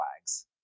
flags